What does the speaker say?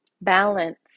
balance